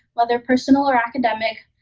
whether personal or academic.